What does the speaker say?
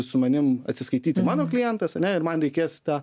su manim atsiskaityti mano klientas ane ir man reikės tą